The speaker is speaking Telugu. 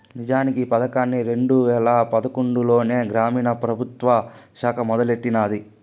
నిజానికి ఈ పదకాన్ని రెండు వేల పదకొండులోనే గ్రామీణ మంత్రిత్వ శాఖ మొదలెట్టినాది